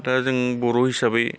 दा जों बर' हिसाबै